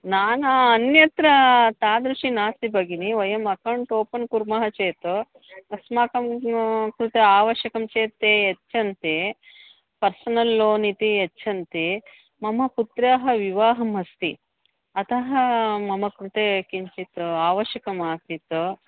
न न अन्यत्र तादृशी नास्ति भगिनि वयम् अकौण्ट् ओपन् कुर्मः चेत् अस्माकं कृते आवश्यकं चेत् ते यच्छन्ति पर्सनल् लोन् इति यच्छन्ति मम पुत्रः विवाहम् अस्ति अतः मम कृते किञ्चित् आवश्यकम् आसीत्